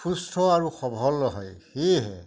সুস্থ আৰু সবল হয় সেয়েহে